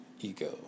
ego